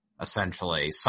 essentially